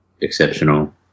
exceptional